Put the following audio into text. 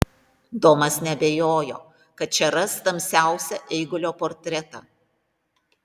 domas neabejojo kad čia ras tamsiausią eigulio portretą